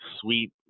sweet